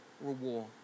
reward